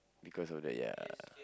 because of that ya